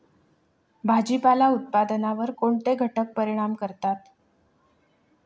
भाजीपाला उत्पादनावर कोणते घटक परिणाम करतात?